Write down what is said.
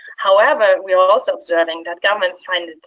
however, we are also observing that governments